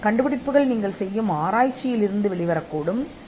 கண்டுபிடிப்பு ஆராய்ச்சியிலிருந்து வெளிவரக்கூடும் அது செய்யப்படுகிறது